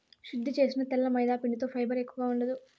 శుద్ది చేసిన తెల్ల మైదాపిండిలో ఫైబర్ ఎక్కువగా ఉండదు